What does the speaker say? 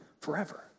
forever